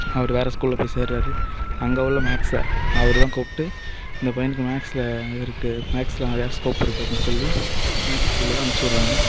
அவர் வேறு ஸ்கூலில் போய் சேர்கிறாரு அங்கே உள்ள மேக்ஸ் சார் அவர் தான் கூப்பிட்டு இந்த பையனுக்கு மேக்சில் இது இருக்குது மேக்சில் நிறையா ஸ்கோப் இருக்குது அப்புடினு சொல்லி மேக்ஸுக்கு உள்ளதை அமுச்சு விட்றாங்க